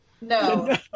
No